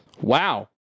wow